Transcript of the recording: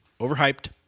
overhyped